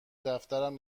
دفترم